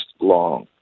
long